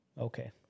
okay